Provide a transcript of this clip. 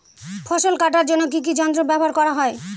ফসল কাটার জন্য কি কি যন্ত্র ব্যাবহার করা হয়?